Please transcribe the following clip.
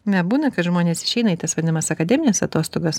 na būna kad žmonės išeina į tas vadinamas akademines atostogas